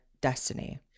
Destiny